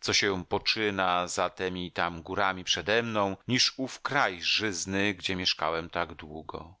co się poczyna za temi tam górami przedemną niż ów kraj żyzny gdzie mieszkałem tak długo